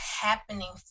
happening